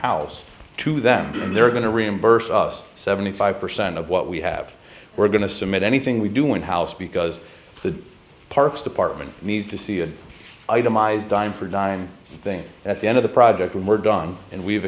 house to them and they're going to reimburse us seventy five percent of what we have we're going to submit anything we do in house because the parks department needs to see an itemized thing at the end of the project when we're done and we've